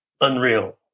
unreal